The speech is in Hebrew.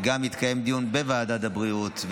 וגם התקיים דיון בוועדת הבריאות,